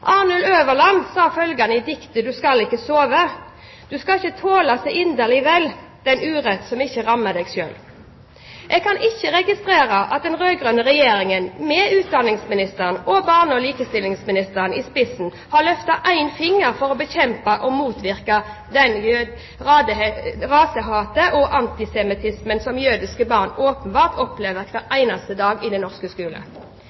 Øverland sa følgende i diktet «Du må ikke sove»: «Du må ikke tåle så inderlig vel den urett som ikke rammer dig selv!» Jeg kan ikke registrere at den rød-grønne regjeringen, med utdanningsministeren og barne- og likestillingsministeren i spissen, har løftet en finger for å bekjempe eller motvirke det rasehatet og den antisemittismen som jødiske barn åpenbart opplever hver